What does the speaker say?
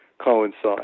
coincide